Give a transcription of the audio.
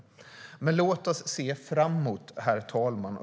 Men låt oss se framåt, herr talman!